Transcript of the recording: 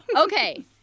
Okay